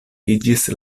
iĝis